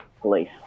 police